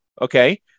Okay